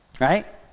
Right